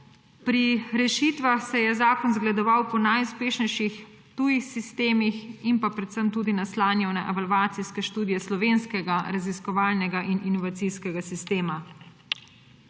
Pri rešitvah se je zakon zgledoval po najuspešnejših tujih sistemih in pa predvsem tudi naslanjal na evalvacijske študije slovenskega raziskovalnega in inovacijskega sistema.